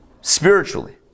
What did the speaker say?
spiritually